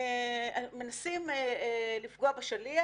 מנסים לפגוע בשליח,